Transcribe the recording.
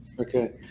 Okay